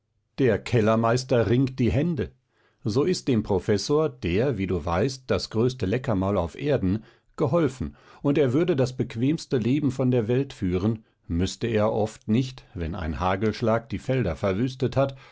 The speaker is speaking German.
der kellermeister ringt die hände so ist dem professor der wie du weißt das größte leckermaul auf erden geholfen und er würde das bequemste leben von der welt führen müßte er oft nicht wenn ein hagelschlag die felder verwüstet hat